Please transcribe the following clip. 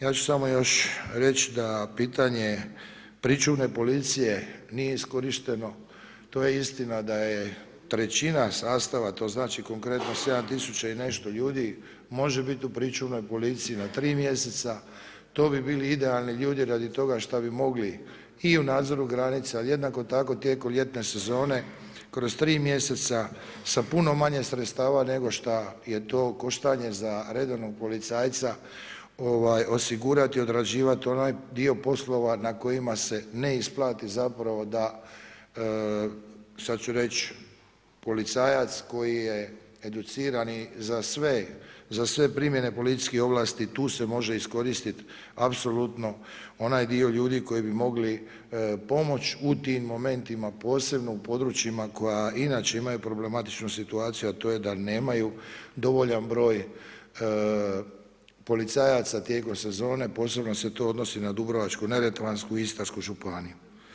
Ja ću samo još reći da pitanje pričuvne policije nije iskorišteno, to je istina da je 1/3 sastava, to znači konkretno 7 000 i nešto ljudi može biti u pričuvnoj policiji na 3 mjeseca, to bi bili idealni ljudi radi toga šta bi mogli i u nadzoru granica ali i jednako tako tijekom ljetne sezone kroz 3 mjeseca sa puno manje sredstava nego šta je to koštanje za redovnog policajca osigurati, odrađivati onaj dio poslova na kojima se ne isplati zapravo da sad ću reći, policajac koji je educirani za sve primjene policijske ovlasti, tu se može iskoristiti apsolutno onaj dio ljudi koji bi mogli pomoći u tim momentima posebno u područjima koja inače imaju problematičnu situaciju a to je da nemaju dovoljan broj policajaca tijekom sezone, posebno se to odnosi na Dubrovačko-neretvansku i Istarsku županiju.